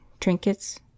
trinkets